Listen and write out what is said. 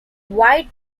white